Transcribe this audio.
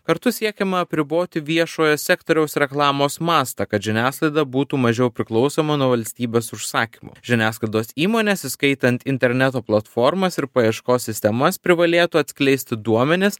kartu siekiama apriboti viešojo sektoriaus reklamos mastą kad žiniasklaida būtų mažiau priklausoma nuo valstybės užsakymų žiniasklaidos įmonės įskaitant interneto platformas ir paieškos sistemas privalėtų atskleisti duomenis